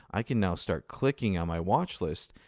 i can now start clicking on my watchlist.